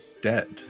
dead